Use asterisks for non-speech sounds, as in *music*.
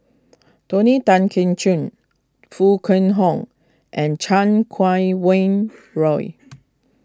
Tony Tan Keng Choon Foo Kwee Horng and Chan Kum Wah Roy *noise*